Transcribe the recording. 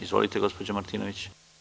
Izvolite, gospođo Martinović.